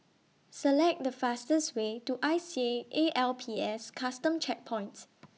Select The fastest Way to I C A A L P S Custom Checkpoint